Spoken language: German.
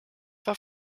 war